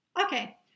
Okay